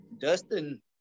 Dustin